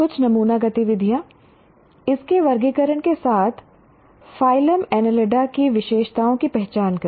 कुछ नमूना गतिविधियाँ इसके वर्गीकरण के साथ फाइलम एनिलिडा की विशेषताओं की पहचान करें